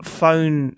phone